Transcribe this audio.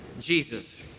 Jesus